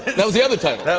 that was the other time.